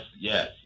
yes